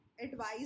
advice